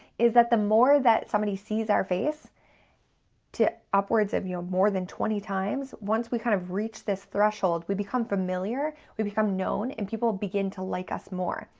is that the more that somebody sees our face to upwards of, you know, more than twenty times, once we kind of reach this threshold, we become familiar, we become known, and people begin to like us more.